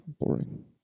boring